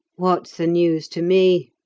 what's the news to me?